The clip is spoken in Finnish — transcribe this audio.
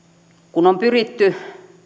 kun on pyritty